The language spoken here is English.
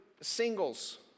singles